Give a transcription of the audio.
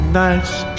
nice